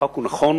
החוק הוא נכון,